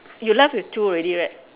you left with two already right